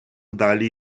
далі